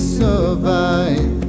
survive